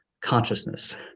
consciousness